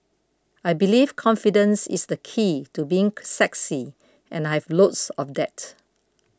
I believe confidence is the key to being sexy and I have loads of that